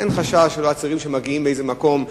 שאין חשש שהם עצירים שמגיעים מאיזה מקום,